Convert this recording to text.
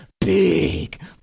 big